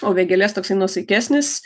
o vėgėlės toksai nuosaikesnis